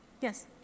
Yes